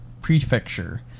Prefecture